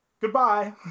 Goodbye